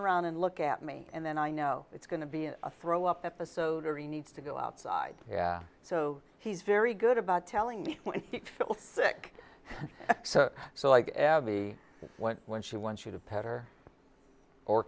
around and look at me and then i know it's going to be a throw up episode or he needs to go outside yeah so he's very good about telling me feel sick so i get abby when she wants you to pet her or